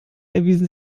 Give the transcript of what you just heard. erwiesen